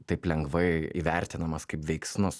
taip lengvai įvertinamas kaip veiksnus